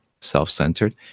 self-centered